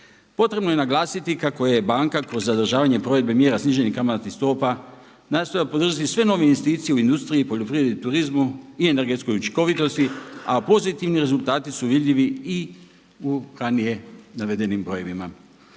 Potrebno je naglasiti kako je banka kroz održavanje provedbe mjera sniženih kamatnih stopa nastojala podržati sve nove investicije u industriji, poljoprivredi, turizmu i energetskoj učinkovitosti, a pozitivni rezultati su vidljivi i u ranije navedenim brojevima.